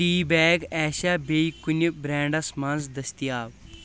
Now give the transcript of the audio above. T bag آسیا بییٚہِ کُنہِ بریٚنڈَس مَنٛز دٔستِیاب؟